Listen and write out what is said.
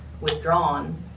withdrawn